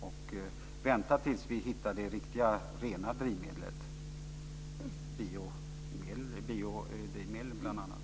Vi väntar tills vi hittar det riktigt rena drivmedlet, bl.a.